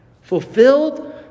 fulfilled